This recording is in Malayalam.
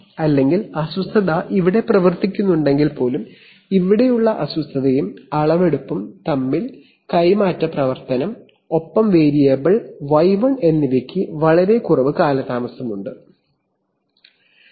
അല്ലെങ്കിൽ അസ്വസ്ഥത ഇവിടെ പ്രവർത്തിക്കുന്നുണ്ടെങ്കിൽ പോലും ഇവിടെയുള്ള അസ്വസ്ഥതയും അളവെടുപ്പുംവേരിയബിൾ y1 തമ്മിലുള്ള transfer function സ്വഭാവത്തിൽ വളരെ കുറവ് കാലതാമസം കാണാം